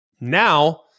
Now